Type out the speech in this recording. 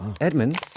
Edmund